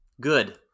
Good